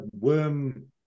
worm